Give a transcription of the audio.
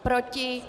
Proti?